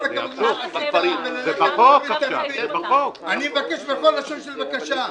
אני מבקש בכל לשון של בקשה: